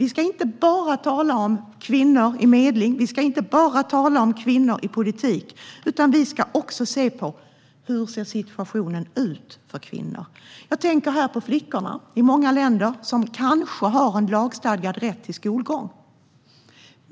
Vi ska inte bara tala om kvinnor i medling, vi ska inte bara tala om kvinnor i politik, utan vi ska också se på hur situationen ser ut för kvinnor. Jag tänker här på flickorna i många länder som kanske har en lagstadgad rätt till skolgång.